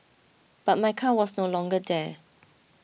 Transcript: but my car was no longer there